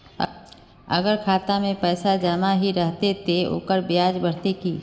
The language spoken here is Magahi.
अगर खाता में पैसा जमा ही रहते ते ओकर ब्याज बढ़ते की?